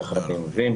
ככה אני מבין,